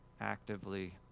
actively